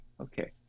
Okay